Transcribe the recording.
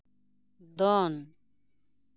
ᱫᱚᱱ